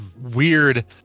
weird